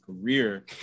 career